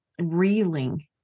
reeling